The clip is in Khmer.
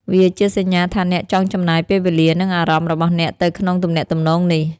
វាជាសញ្ញាថាអ្នកចង់ចំណាយពេលវេលា និងអារម្មណ៍របស់អ្នកទៅក្នុងទំនាក់ទំនងនេះ។